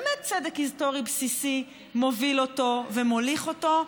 באמת צדק היסטורי בסיסי מוביל אותו ומוליך אותו.